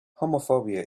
homophobia